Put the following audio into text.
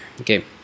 okay